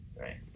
right